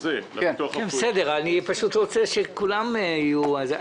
--- אני רוצה שכולם יוכלו להתייחס.